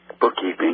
bookkeeping